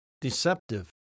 deceptive